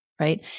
right